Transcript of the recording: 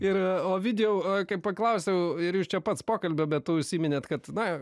ir ovidijau kai paklausiau ir jūs čia pats pokalbio metu užsiminėt kad na